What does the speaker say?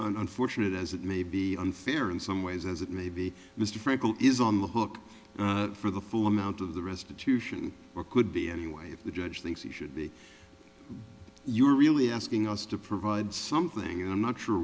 unfortunate as it may be unfair in some ways as it may be mr frankel is on the hook for the full amount of the restitution or could be any way the judge thinks he should be you're really asking us to provide something i'm not sure